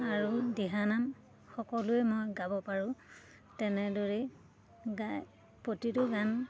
আৰু দিহানাম সকলোৱে মই গাব পাৰোঁ তেনেদৰেই গাই প্ৰতিটো গান